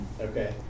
Okay